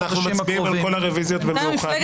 אנחנו מצביעים על כל הרוויזיות במאוחד,